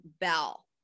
bell